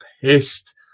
pissed